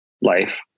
life